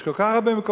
יש כל כך הרבה מקומות,